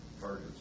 targets